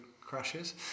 crashes